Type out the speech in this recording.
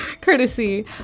Courtesy